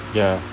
ya